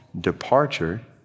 Departure